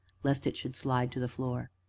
lest it should slide to the floor.